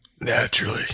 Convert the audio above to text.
Naturally